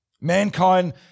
Mankind